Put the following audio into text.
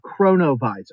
chronovisor